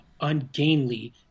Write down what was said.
ungainly